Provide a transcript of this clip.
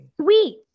Sweet